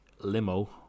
limo